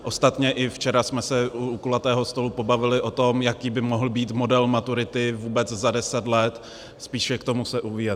Ostatně i včera jsme se u kulatého stolu pobavili o tom, jaký by mohl být model maturity vůbec za deset let, spíše k tomu se ubírat.